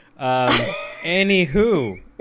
Anywho